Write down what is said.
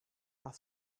are